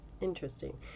interesting